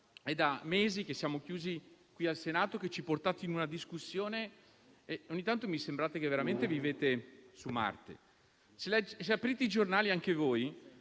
è da mesi che siamo chiusi qui in Senato per fare questa discussione e ogni tanto mi sembra che veramente viviate su Marte. Se aprite i giornali anche voi,